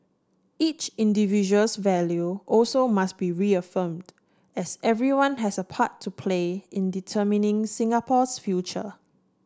each individual's value also must be reaffirmed as everyone has a part to play in determining Singapore's future